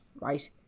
right